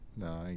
No